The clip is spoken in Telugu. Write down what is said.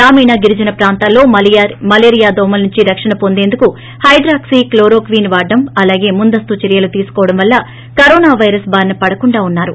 గ్రామీణ గిరిజన ప్రాంతాల్లో మలేరియా దోమల నుంచి రక్షణ పొందేందుకు హైడ్రాక్తీ క్లోరోక్వీన్ వాడడం అలాగే ముందస్తు చర్యలు తీసుకోవడం వల్ల కారోన పైరస్ బారిన పడకుండా వున్నారు